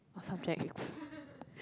what subject it's